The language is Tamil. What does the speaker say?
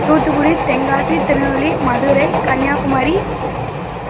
தூத்துக்குடி தென்காசி திருநெல்வேலி மதுரை கன்னியாகுமாரி